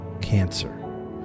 cancer